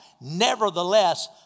Nevertheless